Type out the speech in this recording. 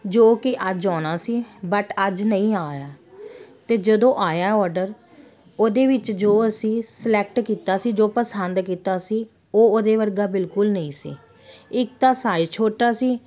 ਜੋ ਕਿ ਅੱਜ ਆਉਣਾ ਸੀ ਬਟ ਅੱਜ ਨਹੀਂ ਆਇਆ ਅਤੇ ਜਦੋਂ ਆਇਆ ਔਡਰ ਉਹਦੇ ਵਿੱਚ ਜੋ ਅਸੀਂ ਸਲੈਕਟ ਕੀਤਾ ਸੀ ਜੋ ਪਸੰਦ ਕੀਤਾ ਸੀ ਉਹ ਉਹਦੇ ਵਰਗਾ ਬਿਲਕੁਲ ਨਹੀਂ ਸੀ ਇੱਕ ਤਾਂ ਸਾਈਜ਼ ਛੋਟਾ ਸੀ